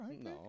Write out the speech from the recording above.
No